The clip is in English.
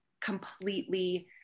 completely